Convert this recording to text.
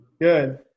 Good